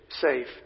safe